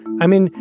i mean,